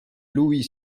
louis